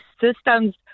systems